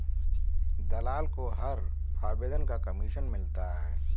दलाल को हर आवेदन का कमीशन मिलता है